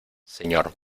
señor